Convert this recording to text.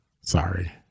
Sorry